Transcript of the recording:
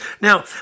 Now